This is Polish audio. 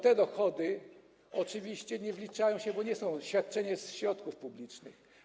Te dochody oczywiście nie wliczają się, bo nie są świadczeniem ze środków publicznych.